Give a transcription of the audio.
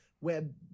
web